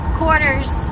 quarters